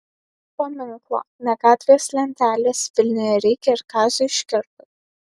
paminklo ne gatvės lentelės vilniuje reikia ir kaziui škirpai